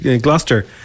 Gloucester